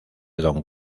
don